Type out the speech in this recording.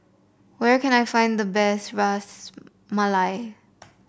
where can I find the best Ras Malai